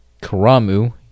Karamu